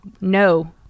no